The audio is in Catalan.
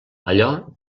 allò